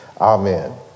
Amen